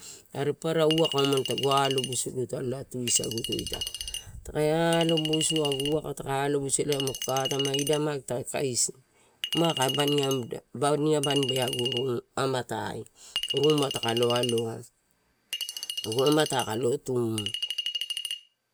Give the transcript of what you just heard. Are papara uwaka tagu alobusudia gito elae tusaguto ita. Taka aiobusu agu uwaka ta alobusu elae maguka atae, ma ida mant kae kaisia, makae baniaba-nibe agu amatai ruma takalo aloa, agu amatai kalo tu.